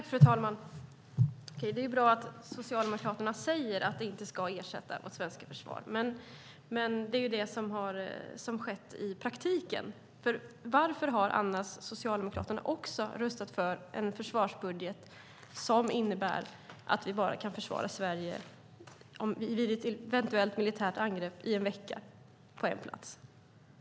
Fru talman! Det är bra att Socialdemokraterna säger att det inte ska ersätta vårt svenska försvar, men i praktiken har det skett. Varför röstade Socialdemokraterna annars för en försvarsbudget som innebär att vi vid ett militärt angrepp bara kan försvara Sverige i en vecka på en plats?